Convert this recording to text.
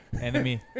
Enemy